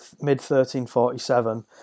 mid-1347